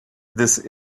this